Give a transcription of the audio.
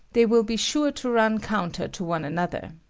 they will be sure to run counter to one another.